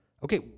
Okay